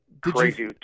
Crazy